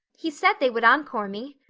he said they would encore me.